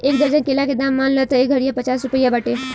एक दर्जन केला के दाम मान ल त एह घारिया पचास रुपइआ बाटे